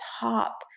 top